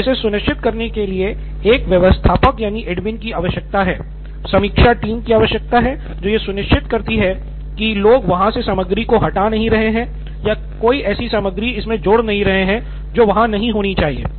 और इसे सुनिश्चित करने के लिए एक व्यवस्थापक की आवश्यकता है समीक्षा टीम की आवश्यकता है जो यह सुनिश्चित करती है कि लोग वहाँ से सामग्री को हटा नहीं रहे हैं या कोई ऐसी सामग्री इसमे जोड़ नहीं रहे हैं जो वहाँ नहीं होनी चाहिए